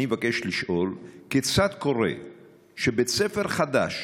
אני מבקש לשאול: כיצד קורה שבית ספר חדש